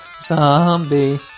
Zombie